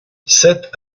sept